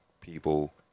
people